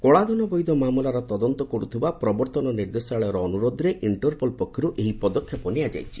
କଳାଧନବୈଧ ମାମଲାର ତଦନ୍ତ କରୁଥିବା ପ୍ରବର୍ତ୍ତନ ନିର୍ଦ୍ଦେଶାଳୟର ଅନୁରୋଧରେ ଇଷ୍ଟପୋଲ୍ ପକ୍ଷରୁ ଏହି ପଦକ୍ଷେପ ନିଆଯାଇଛି